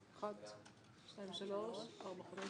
1 לא אושרה ותעלה למליאה לקריאה השנייה והשלישית.